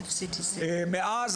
מאז,